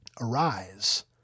arise